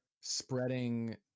spreading